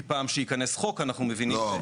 כי כשייכנס חוק אנחנו מבינים --- לא,